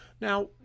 now